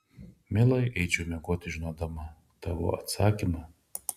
mielai eičiau miegoti žinodama tavo atsakymą